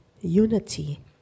unity